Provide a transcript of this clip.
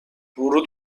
ورود